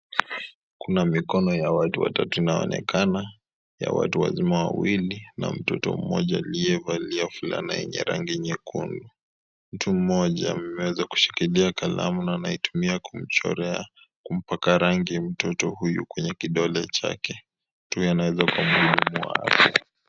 Kuna mikono ya watu watatu inaonekana ,ya watu wazima wawili na mtoto mmoja aliyevalia fulana yenye rangi nyekundu . Mtu mmoja ameweza kushikilia kalamu na anaitumia kumchorea kumpaka rangi mtoto huyu kwenye kidole chake.